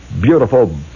beautiful